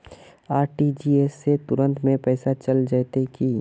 RTGS से तुरंत में पैसा चल जयते की?